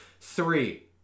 Three